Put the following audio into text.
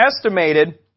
estimated